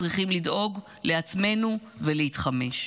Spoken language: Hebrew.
צריכים לדאוג לעצמנו ולהתחמש.